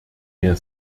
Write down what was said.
mehr